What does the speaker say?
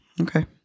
Okay